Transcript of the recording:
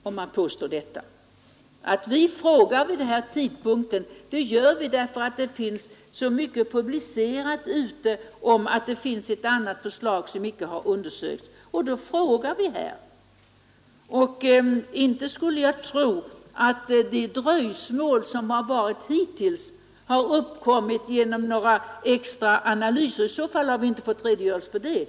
Orsaken till att vi har frågat vid denna tidpunkt har varit den publicitet som förekommit om att det också finns ett annat förslag som inte har undersökts. Inte heller tror jag att dröjsmålet hittills har berott på att man gjort några extra analyser. Vi har åtminstone inte fått någon redogörelse för dem.